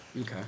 Okay